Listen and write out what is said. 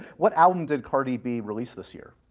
what album did cardi b release this year?